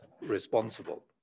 responsible